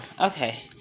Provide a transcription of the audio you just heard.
Okay